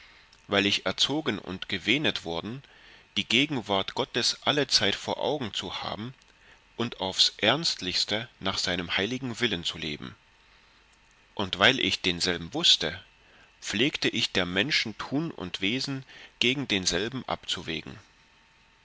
weil ich erzogen und gewehnet worden die gegenwart gottes allezeit vor augen zu haben und aufs ernstlichste nach seinem heiligen willen zu leben und weil ich denselben wußte pflegte ich der menschen tun und wesen gegen demselben abzuwägen